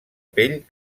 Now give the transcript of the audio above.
pell